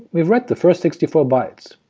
we've read the first sixty four bytes.